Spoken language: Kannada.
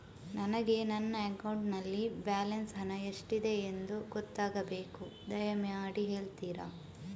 ನನಗೆ ನನ್ನ ಅಕೌಂಟಲ್ಲಿ ಬ್ಯಾಲೆನ್ಸ್ ಹಣ ಎಷ್ಟಿದೆ ಎಂದು ಗೊತ್ತಾಗಬೇಕು, ದಯಮಾಡಿ ಹೇಳ್ತಿರಾ?